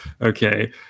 okay